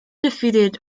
defeated